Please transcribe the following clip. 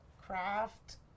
craft